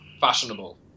Fashionable